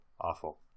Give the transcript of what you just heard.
Awful